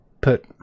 put